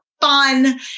fun